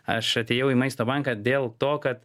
aš atėjau į maisto banką dėl to kad